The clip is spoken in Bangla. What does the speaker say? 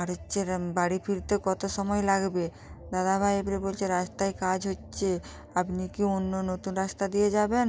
আর হচ্ছে বাড়ি ফিরতে কত সময় লাগবে দাদাভাই এবারে বলছে রাস্তায় কাজ হচ্ছে আপনি কি অন্য নতুন রাস্তা দিয়ে যাবেন